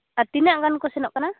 ᱟᱨ ᱛᱤᱱᱟᱹᱜ ᱜᱟᱱ ᱠᱚ ᱥᱮᱱᱚᱜ ᱠᱟᱱᱟ